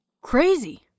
Crazy